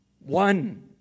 One